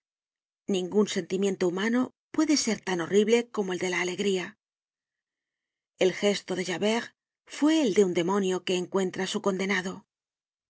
ningun sentimiento humano puede ser tan horrible como el de la alegría el gesto de javert fue el de un demonio que encuentra á su condenado